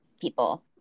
people